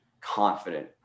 confident